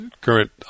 current